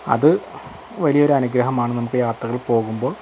അത് വലിയൊരു അനുഗ്രഹമാണ് നമുക്ക് യാത്രകൾ പോകുമ്പോൾ